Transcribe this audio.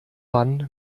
wann